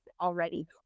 already